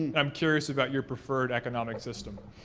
i'm curious about your preferred economic system.